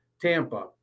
Tampa